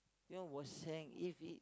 you know was hanged if he